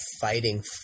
fighting